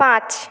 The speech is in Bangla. পাঁচ